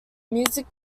music